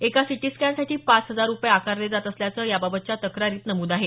एका सिटीस्कॅनसाठी पाच हजार रुपये आकारले जात असल्याचं याबाबतच्या तक्रारीत नमूद आहे